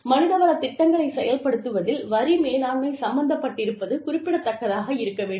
மனிதவள திட்டங்களைச் செயல்படுத்துவதில் வரி மேலாண்மை சம்பந்தப்பட்டிருப்பது குறிப்பிடத்தக்கதாக இருக்க வேண்டும்